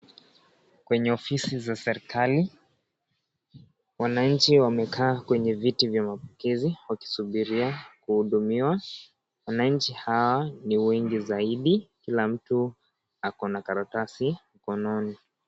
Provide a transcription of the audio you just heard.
Kwenye ofisi za serkali wanainhi wamekaa kwenye viti vya mapokiziwakisubiri kuhudumiwa wananchi hawa ni wengi zaidi kula mtu ako na karaatasi mkononi.